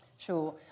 Sure